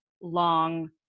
long